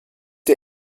der